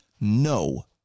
no